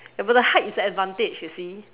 ya but the height is a advantage you see